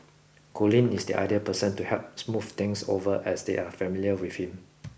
Colin is the ideal person to help smooth things over as they are familiar with him